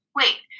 Wait